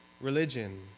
religion